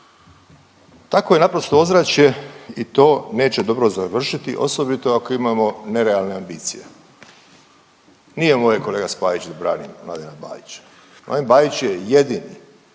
Takvo je naprosto ozračje i to neće dobro završiti osobito ako imamo nerealne ambicije. Nije moje kolega Spajić da branim Mladena Bajića. Mladen Bajić je jedini,